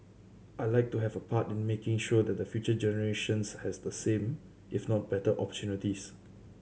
I like to have a part in making sure that the future generations has the same if not better opportunities